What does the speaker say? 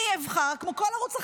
אני אבחר, כמו כל ערוץ אחר.